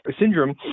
syndrome